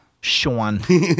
Sean